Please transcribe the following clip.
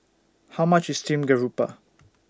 How much IS Steamed Garoupa